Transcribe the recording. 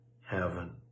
heaven